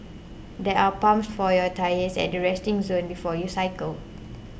there are pumps for your tyres at the resting zone before you cycle